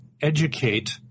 educate